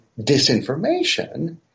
disinformation